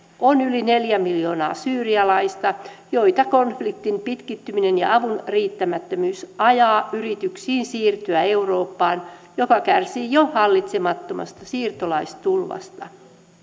on yli neljä miljoonaa syyrialaista joita konfliktin pitkittyminen ja avun riittämättömyys ajavat yrityksiin siirtyä eurooppaan joka kärsii jo hallitsemattomasta siirtolaistulvasta